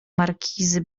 markizy